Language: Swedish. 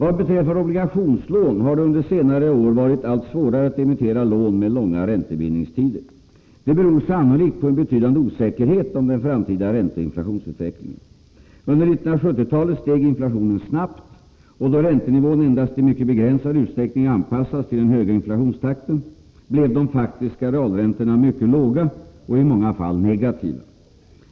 Vad beträffar obligationslån har det under senare år varit allt svårare att emittera lån med långa räntebindningstider. Det beror sannolikt på en betydande osäkerhet om den framtida ränteoch inflationsutvecklingen. Under 1970-talet steg inflationen snabbt, och då räntenivån endast i mycket begränsad utsträckning anpassades till den höga inflationstakten blev de faktiska realräntorna mycket låga och i många fall negativa.